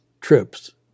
trips